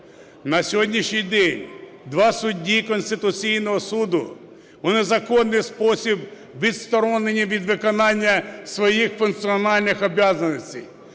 На сьогоднішній день два судді Конституційного Суду у незаконний спосіб відсторонені від виконання своїх функціональних обов'язків.